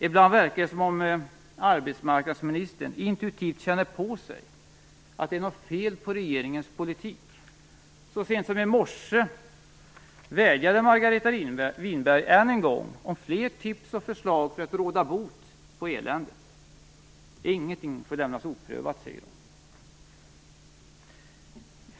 Ibland verkar det som om arbetsmarknadsministern intuitivt känner på sig att det är något fel på regeringens politik - så sent som i morse vädjade Margareta Winberg än en gång om fler tips och förslag för att råda bot på eländet. Ingenting får lämnas oprövat, säger hon.